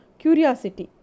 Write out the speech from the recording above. curiosity